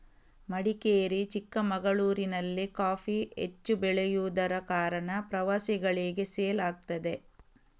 ಮಡಿಕೇರಿ, ಚಿಕ್ಕಮಗಳೂರಿನಲ್ಲಿ ಕಾಫಿ ಹೆಚ್ಚು ಬೆಳೆಯುದರ ಕಾರಣ ಪ್ರವಾಸಿಗಳಿಗೆ ಸೇಲ್ ಆಗ್ತದೆ